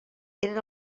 eren